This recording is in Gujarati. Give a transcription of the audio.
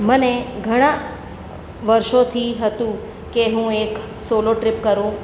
મને ઘણાં વર્ષોથી હતું કે હું એક સોલો ટ્રીપ કરું